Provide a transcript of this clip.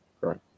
Right